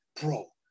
bro